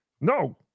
No